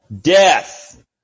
death